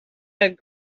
had